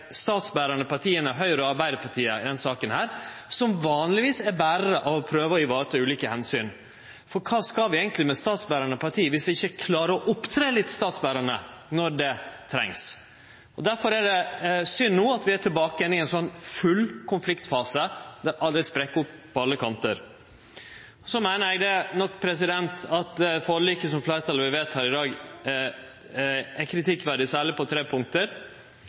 statsberande partia Høgre og Arbeidarpartiet, som vanlegvis er berarar av å prøve å vareta ulike omsyn. For kva skal vi eigentleg med statsberande parti viss ein ikkje klarer å opptre litt statsberande når det trengs? Difor er det synd at vi no er tilbake i ein full konfliktfase, der alle sprekk opp på alle kantar. Eg meiner at forliket som fleirtalet vil vedta i dag, er kritikkverdig særleg på tre punkt.